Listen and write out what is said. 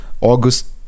August